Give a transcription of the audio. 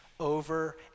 over